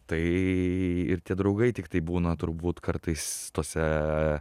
tai ir tie draugai tiktai būna turbūt kartais tose